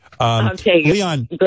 Leon